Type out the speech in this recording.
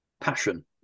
Passion